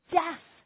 death